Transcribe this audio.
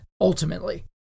ultimately